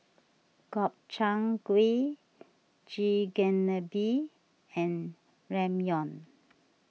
Gobchang Gui Chigenabe and Ramyeon